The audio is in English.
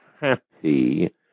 happy